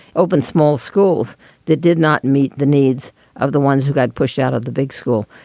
opened small schools that did not meet the needs of the ones who got pushed out of the big school.